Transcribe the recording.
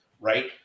right